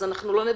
אז לא נדע.